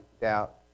doubt